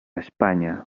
españa